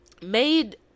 made